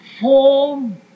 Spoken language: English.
form